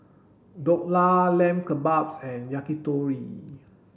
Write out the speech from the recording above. Dhokla Lamb Kebabs and Yakitori